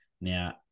Now